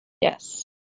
Yes